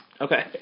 Okay